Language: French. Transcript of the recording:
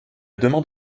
demande